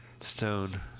stone